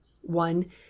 one